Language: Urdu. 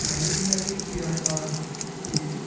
میں نے بھی محسوس کیا ہے بارہا کہ